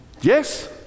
Yes